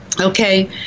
Okay